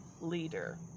leader